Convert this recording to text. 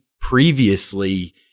previously